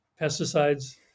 pesticides